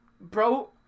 bro